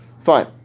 Fine